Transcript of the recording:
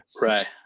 Right